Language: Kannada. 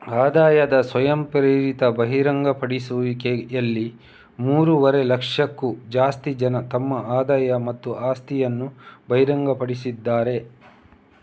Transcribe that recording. ಆದಾಯದ ಸ್ವಯಂಪ್ರೇರಿತ ಬಹಿರಂಗಪಡಿಸುವಿಕೆಯಲ್ಲಿ ಮೂರುವರೆ ಲಕ್ಷಕ್ಕೂ ಜಾಸ್ತಿ ಜನ ತಮ್ಮ ಆದಾಯ ಮತ್ತು ಆಸ್ತಿಯನ್ನ ಬಹಿರಂಗಪಡಿಸಿದ್ದಾರೆ